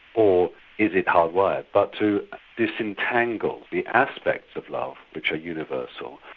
or is it hardwired? but to disentangle the aspects of love which are universal,